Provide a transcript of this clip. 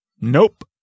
Nope